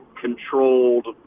controlled